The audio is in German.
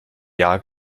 jahr